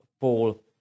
Paul